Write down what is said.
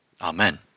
Amen